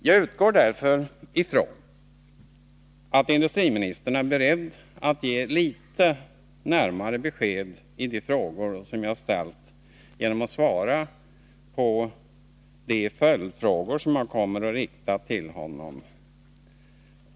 Jag utgår därför ifrån att industriministern är beredd att ge litet närmare besked i de frågor som jag ställt, genom att svara på de följdfrågor som jag om en stund kommer att rikta till honom.